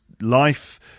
life